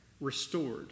restored